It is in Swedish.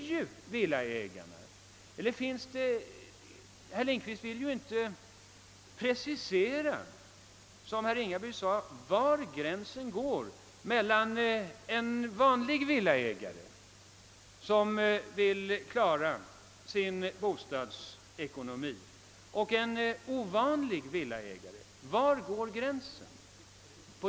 Som herr Ringaby framhöll vill herr Lindkvist inte precisera var gränsen går mellan en vanlig villaägare som vill klara sin bostadsekonomi och en ovanlig villaägare. Var går den gränsen?